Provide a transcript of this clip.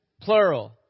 plural